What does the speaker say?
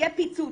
יהיה פיצוץ,